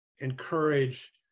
encourage